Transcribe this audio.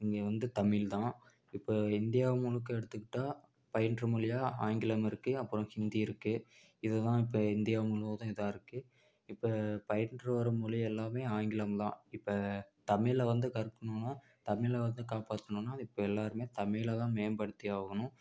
இங்கே வந்து தமிழ் தான் இப்போ இந்தியா முழுக்க எடுத்துக்கிட்டால் பயின்று மொழியாக ஆங்கிலம் இருக்குது அப்புறோம் ஹிந்தி இருக்குது இது தான் இப்போ இந்தியா முழுவதும் இதாயிருக்கு இப்போ பயின்று வரும் மொழி எல்லாமே ஆங்கிலம் தான் இப்போ தமிழை வந்து கற்கணும்னா தமிழை வந்து காப்பாற்றணுனா அதை இப்போ எல்லோருமே தமிழை தான் மேம்படுத்தியாகணும்